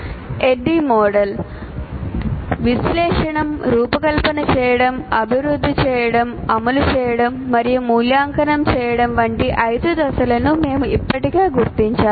ADDIE model విశ్లేషించడం రూపకల్పన చేయడం అభివృద్ధి చేయడం అమలు చేయడం మరియు మూల్యాంకనం చేయడం వంటి 5 దశలను మేము ఇప్పటికే గుర్తించాము